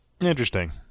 interesting